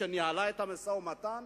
שניהלה את המשא-ומתן,